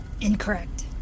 Incorrect